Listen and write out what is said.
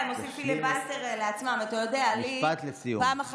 הם עושים פיליבסטר לעצמם, משפט לסיום.